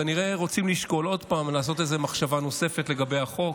כנראה שרוצים לשקול עוד פעם ולעשות מחשבה נוספת לגבי החוק,